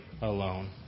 alone